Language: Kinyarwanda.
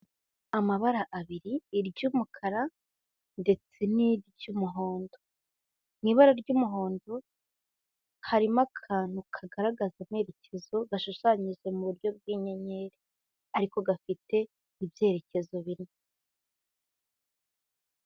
Amabara abiri, iry'umukara ndetse n'iry'umuhondo. Mu ibara ry'umuhondo, harimo akantu kagaragaza amerekezo gashushanyijwe mu buryo bw'inyenyeri ariko gafite ibyerekezo bine.